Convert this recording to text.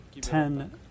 ten